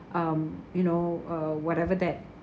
um you know uh whatever that